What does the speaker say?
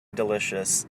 delicious